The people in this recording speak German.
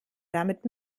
damit